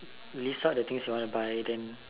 list out the things you wanna buy then